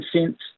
cents